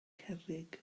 cerrig